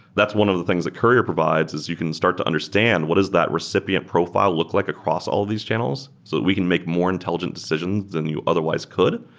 that's one of the things that courier provides, is you can start to understand what is that recipient profile look like across all these channels so that we can make more intelligent decisions than you otherwise could,